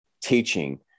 teaching